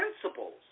principles